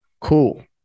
Cool